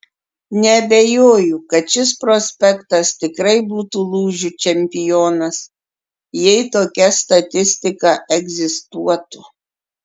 neabejoju kad šis prospektas tikrai būtų lūžių čempionas jei tokia statistika egzistuotų